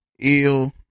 Ill